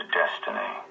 destiny